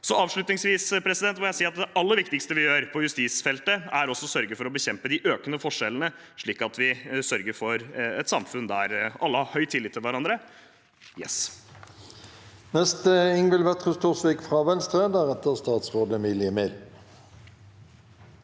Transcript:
Avslutningsvis vil jeg si at det aller viktigste vi gjør på justisfeltet, er å sørge for å bekjempe de økende forskjellene, slik at vi sørger for et samfunn der alle har høy tillit til hverandre.